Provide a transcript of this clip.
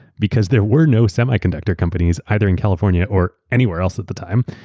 because there were no semiconductor companies either in california or anywhere else at the time,